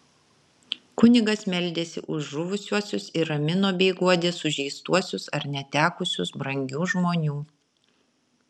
kunigas meldėsi už žuvusiuosius ir ramino bei guodė sužeistuosius ar netekusius brangių žmonių